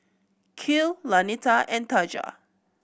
Kiel Lanita and Taja